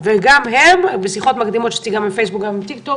וגם הם ערכתי שיחות מקדימות עם אנשי פייסבוק וטיקטוק